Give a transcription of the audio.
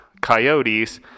coyotes